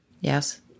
Yes